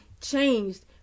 changed